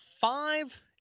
five